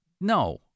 No